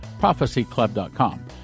prophecyclub.com